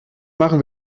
machen